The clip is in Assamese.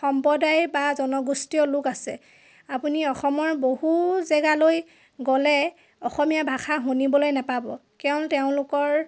সম্প্ৰদায় বা জনগোষ্ঠীয় লোক আছে আপুনি অসমৰ বহু জেগালৈ গ'লে অসমীয়া ভাষা শুনিবলৈ নেপাব কিয়নো তেওঁলোকৰ